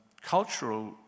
cultural